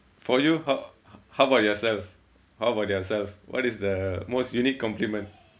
for you ho~ how about yourself how about yourself what is the most unique compliment